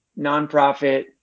nonprofit